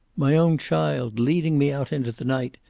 my own child, leading me out into the night,